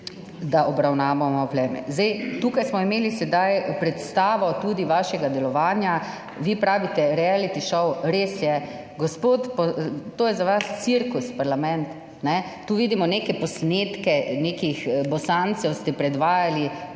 da obravnavamo pleme. Zdaj, tukaj smo imeli sedaj predstavo tudi vašega delovanja, vi pravite "reality šov". Res je. Gospod, to je za vas cirkus, parlament, kajne. Tu vidimo neke posnetke nekih Bosancev, ste predvajali,